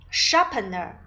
sharpener